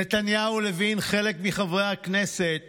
נתניהו, לוין וחלק מחברי הכנסת